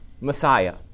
Messiah